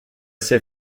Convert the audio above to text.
sei